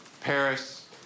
Paris